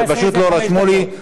בבקשה.